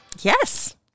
Yes